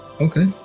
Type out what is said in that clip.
Okay